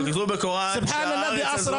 בקוראן כתוב שהארץ הזאת